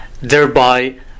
thereby